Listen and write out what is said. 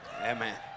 Amen